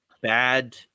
bad